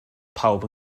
pawb